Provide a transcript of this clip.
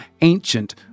ancient